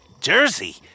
Jersey